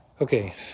Okay